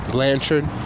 Blanchard